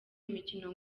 imikino